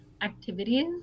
activities